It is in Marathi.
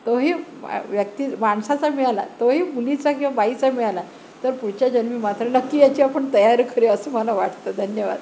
तो ही व्यक्ती माणसाचा मिळाला तो ही मुलीचा किंवा बाईचा मिळाला तर पुढच्या जन्मी मात्रा नक्की याची आपण तयार करु असं मला वाटतं धन्यवाद